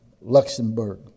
Luxembourg